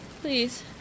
Please